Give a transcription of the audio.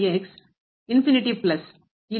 ಇಲ್ಲಿ ಏನೋ ಸೀಮಿತ ಗೆ ಹೋಗುತ್ತದೆ